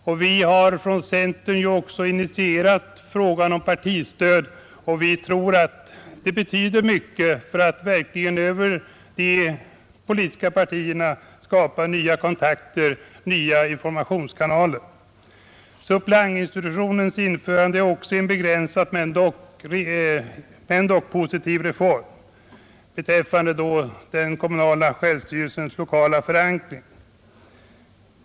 Vi har ju också från centern initierat frågan om partistöd, och vi tror att det betyder mycket för att verkligen över de politiska partierna skapa ökade kontakter och informationskanaler. Suppleantinstitutionens införande är också en begränsad men dock positiv reform beträffande den kommunala självstyrelsens lokala förankring.